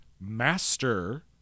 master